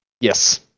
Yes